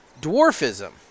dwarfism